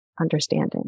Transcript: understanding